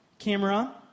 camera